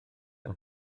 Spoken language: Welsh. yng